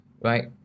right